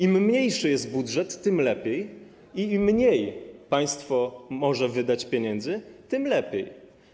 Im mniejszy jest budżet, tym lepiej, i im mniej państwo może wydać pieniędzy, tym lepiej.